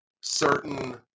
certain